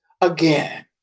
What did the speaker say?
again